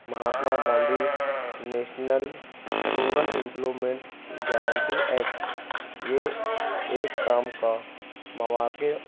Mahatma Gandhi national rural employment guarantee act یہ ایک کام کا مواقع